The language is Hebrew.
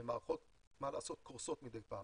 ומערכות, מה לעשות, קורסות מדי פעם.